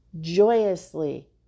joyously